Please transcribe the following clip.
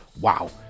Wow